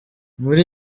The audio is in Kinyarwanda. muri